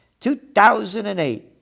2008